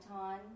on